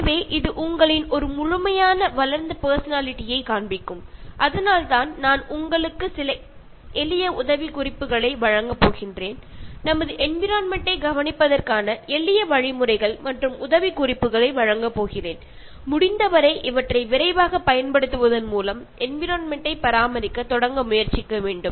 எனவே இது உங்களின் ஒரு முழுமையான வளர்ந்த பர்சனாலிட்டி யைக் காண்பிக்கும் அதனால்தான் நான் உங்களுக்கு சில எளிய உதவிக்குறிப்புககளை வழங்கப் போகிறேன் நமது என்விரான்மென்ட் ட்டைக் கவனிப்பதற்கான எளிய வழிமுறைகள் மற்றும் உதவிக்குறிப்புகளை வழங்கப் போகிறேன் முடிந்தவரை இவற்றை விரைவாகப் பயன்படுத்துவதன் மூலம் என்விரான்மென்ட் டை பராமரிக்கத் தொடங்க முயற்சிக்க வேண்டும்